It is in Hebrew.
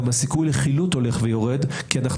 גם הסיכוי לחילוט הולך ויורד כי אנחנו